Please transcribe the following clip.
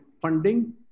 funding